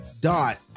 Dot